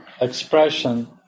expression